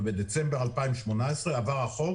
ובדצמבר 2018 עבר החוק